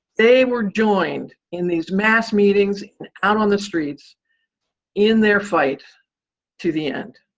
they were joined in these mass meetings and out on the streets in their fight to the end.